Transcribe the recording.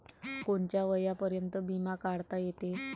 कोनच्या वयापर्यंत बिमा काढता येते?